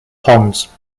ponds